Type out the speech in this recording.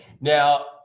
Now